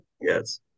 yes